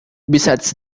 besides